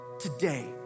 today